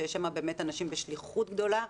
שם יש אנשים בשליחות גדולה.